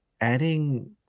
adding